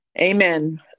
Amen